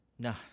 Nah